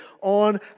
on